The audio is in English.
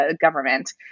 government